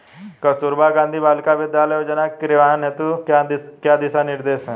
कस्तूरबा गांधी बालिका विद्यालय योजना के क्रियान्वयन हेतु क्या दिशा निर्देश हैं?